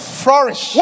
flourish